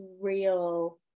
real